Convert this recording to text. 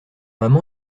maman